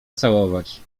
całować